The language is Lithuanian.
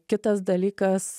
kitas dalykas